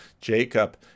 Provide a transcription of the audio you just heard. Jacob